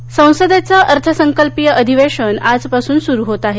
अधिवेशन संसदेचं अर्थसंकल्पीय अधिवेशन आजपासून सुरु होत आहे